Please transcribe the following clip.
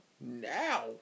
Now